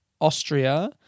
Austria